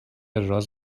راز